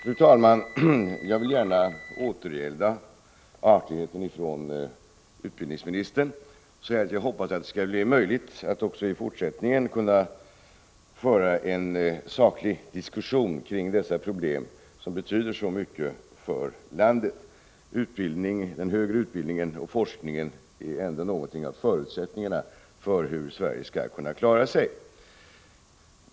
Fru talman! Jag vill gärna återgälda utbildningsministerns artighet och säga att jag hoppas att det skall bli möjligt att också i fortsättningen föra en saklig diskussion kring dessa problem, som spelar så stor roll för landet. Den högre utbildningen och forskningen är en förutsättning för att Sverige skall kunna klara sig.